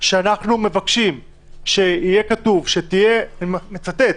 שאנו מבקשים שיהיה כתוב, אני מצטט: